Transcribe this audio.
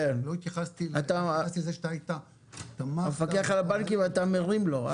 אני לא התייחסתי --- המפקח על הבנקים אתה מרים לו.